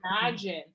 imagine